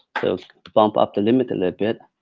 so bump up the limit a little bit,